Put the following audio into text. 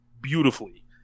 beautifully